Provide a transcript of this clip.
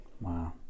Wow